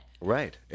Right